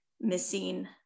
missing